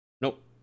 nope